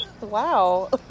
Wow